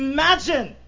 Imagine